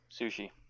Sushi